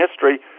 history